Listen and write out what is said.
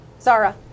Zara